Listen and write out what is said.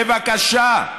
בבקשה,